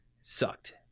sucked